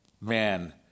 man